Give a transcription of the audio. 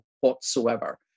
whatsoever